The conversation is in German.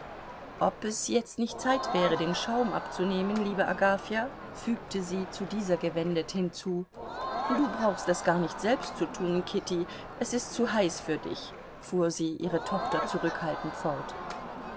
ob es jetzt nicht zeit wäre den schaum abzunehmen liebe agafja fügte sie zu dieser gewendet hinzu du brauchst das gar nicht selbst zu tun kitty es ist zu heiß für dich fuhr sie ihre tochter zurückhaltend fort